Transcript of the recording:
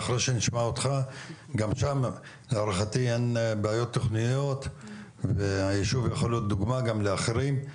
גם שם להערכתי אין בעיות של תוכניות והישוב יכול להיות דוגמה גם לאחרים.